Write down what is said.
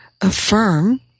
affirm